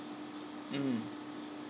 mm